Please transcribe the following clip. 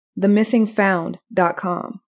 themissingfound.com